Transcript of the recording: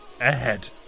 ahead